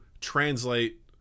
translate